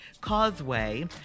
Causeway